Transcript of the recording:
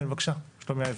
כן, בבקשה, שלומי הייזלר.